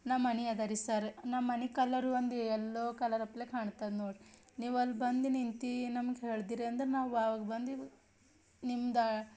ನಮ್ಮ ಮನೆ ಅದರೀ ಸರ್ ನಮ್ಮ ಮನೆ ಕಲರು ಒಂದು ಎಲ್ಲೋ ಕಲರ್ ಅಪ್ಲೆ ಕಾಣ್ತದೆ ನೋಡಿರಿ ನೀವು ಅಲ್ಲಿ ಬಂದು ನಿಂತು ನಮಗೆ ಹೇಳ್ದಿರಂದ್ರೆ ನಾವು ಆವಾಗ ಬಂದೇವು ನಿಮ್ದು